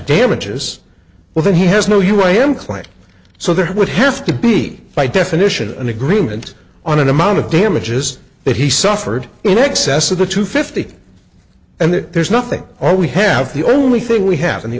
damages well then he has no you right i am claiming so there would have to be by definition an agreement on an amount of damages that he suffered in excess of the two fifty and there's nothing or we have the only thing we have and the